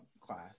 class